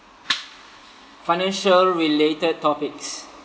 financial related topics